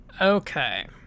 Okay